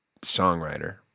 songwriter